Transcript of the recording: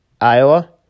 Iowa